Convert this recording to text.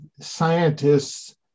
scientists